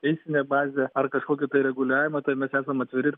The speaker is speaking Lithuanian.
teisminę bazę ar kažkokį tai reguliavimą tai mes esam atviri